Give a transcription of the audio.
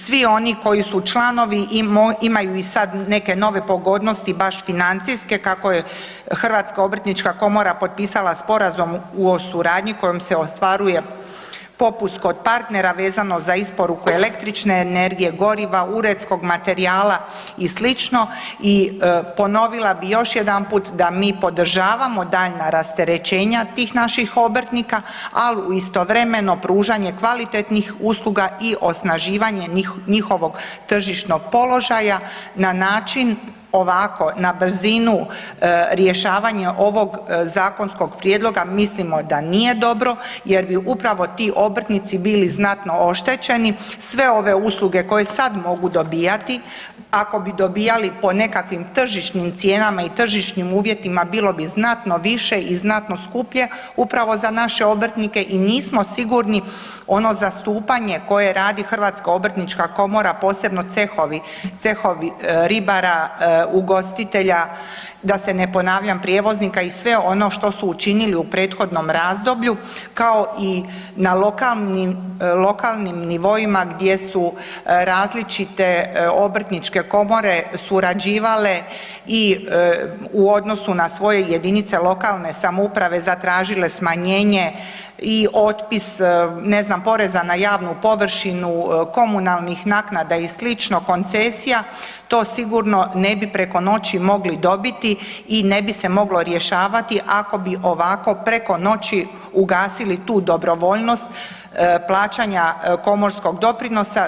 Svi oni koji su članovi i imaju i sad neke nove pogodnosti, baš financijske kako je HOK potpisala sporazum o suradnji kojim se ostvaruje popust kod partnera vezano za isporuke električne energije, goriva, uredskog materijala i sl. i ponovila bi još jedanput da mi podržavamo daljnja rasterećenja tih naših obrtnika ali uz istovremeno pružanje kvalitetnih usluga i osnaživanje njihovog tržišnog položaja na način ovako na brzinu rješavanje ovog zakonskog prijedloga, mislimo da nije dobro jer bi upravo ti obrtnici bili znatno oštećeni, sve usluge koje sad mogu dobivati, ako bi dobivali po nekakvim tržišnim cijenama i tržišnim uvjetima bilo bi znatno više i znatno skuplje upravo za naše obrtnike i nismo sigurno ono zastupanje koje radi HOK posebno cehovi, cehovi ribara, ugostitelja, da se ne ponavljam, prijevoznika i sve ono što su učinili u prethodnom razdoblju, kao i na lokalnim nivoima gdje su različite obrtničke komore surađivale i u odnosu na svoje jedinice lokalne samouprave zatražile smanjenje i otpis ne znam, poreza na javnu površinu, komunalnih naknada i sl., koncesija, to sigurno ne bi preko noći mogli dobiti i ne bi se moglo rješavati ako bi ovako preko noći ugasili tu dobrovoljnost plaćanja komorskog doprinosa.